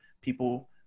people